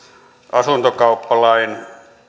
asuntokauppalain